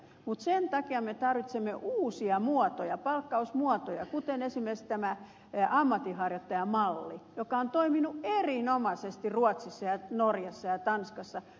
mutta sen takia me tarvitsemme uusia palkkausmuotoja esimerkiksi tämän ammatinharjoittajan mallin joka on toiminut erinomaisesti ruotsissa norjassa ja tanskassa